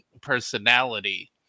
personality